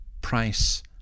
price